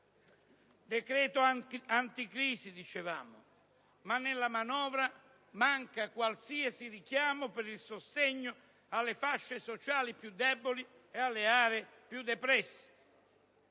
Decreto anticrisi, dicevamo, ma nella manovra manca qualsiasi richiamo al sostegno alle fasce sociali più deboli e alle aree più depresse.